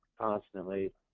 constantly